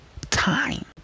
time